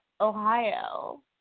Ohio